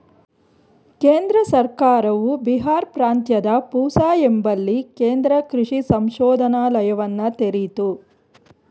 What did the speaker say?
ಕೇಂದ್ರ ಸರ್ಕಾರವು ಬಿಹಾರ್ ಪ್ರಾಂತ್ಯದ ಪೂಸಾ ಎಂಬಲ್ಲಿ ಕೇಂದ್ರ ಕೃಷಿ ಸಂಶೋಧನಾಲಯವನ್ನ ತೆರಿತು